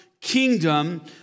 Kingdom